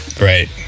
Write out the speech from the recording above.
Right